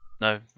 No